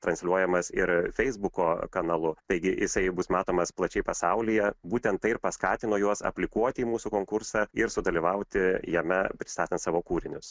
transliuojamas ir feisbuko kanalu taigi jisai bus matomas plačiai pasaulyje būtent tai ir paskatino juos aplikuoti į mūsų konkursą ir sudalyvauti jame pristatant savo kūrinius